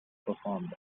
performed